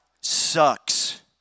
sucks